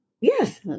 Yes